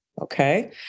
Okay